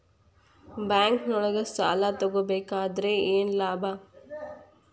ಬ್ಯಾಂಕ್ನೊಳಗ್ ಸಾಲ ತಗೊಬೇಕಾದ್ರೆ ಏನ್ ಲಾಭ?